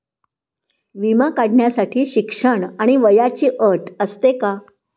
विमा काढण्यासाठी शिक्षण आणि वयाची अट असते का?